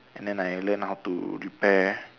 and then I learn how to repair